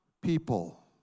people